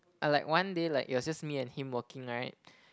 uh like one day like it was just me and him working right